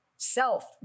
Self